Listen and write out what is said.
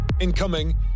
Incoming